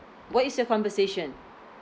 what is your compensation